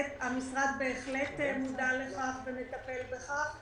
המשרד בהחלט מודע לכך ומטפל בכך,